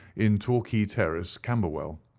in torquay terrace, camberwell.